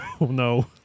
No